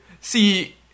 see